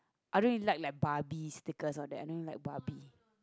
I don't really like like barbie stickers all that I don't really like barbie